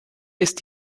ist